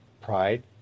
Pride